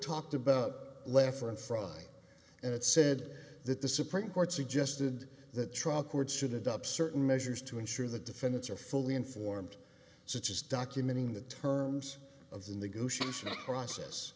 talked about leffler and fraud and it said that the supreme court suggested that trial courts should adopt certain measures to ensure the defendants are fully informed such as documenting the terms of the negotiation process